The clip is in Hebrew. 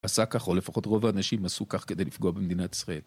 עשה כך או לפחות רוב האנשים עשו כך כדי לפגוע במדינת ישראל.